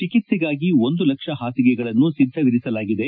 ಚಿಕಿತ್ತೆಗಾಗಿ ಒಂದು ಲಕ್ಷ ಪಾಸಿಗೆಗಳನ್ನು ಸಿದ್ಧವಿರಿಸಲಾಗಿದೆ